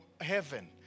heaven